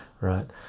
right